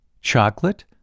chocolate